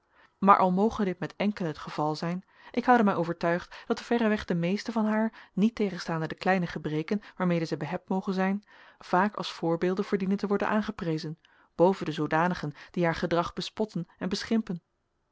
maar al moge dit met enkelen het geval zijn ik houde mij overtuigd dat verreweg de meesten van haar niet tegenstaande de kleine gebreken waarmede zij behebt mogen zijn vaak als voorbeelden verdienen te worden aangeprezen boven de zoodanigen die haar gedrag bespotten en beschimpen